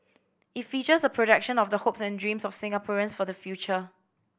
it features a projection of the hopes and dreams of Singaporeans for the future